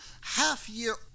half-year